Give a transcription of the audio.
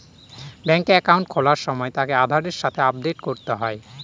ব্যাঙ্কে একাউন্ট খোলার সময় তাকে আধারের সাথে আপডেট করতে হয়